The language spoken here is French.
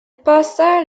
passa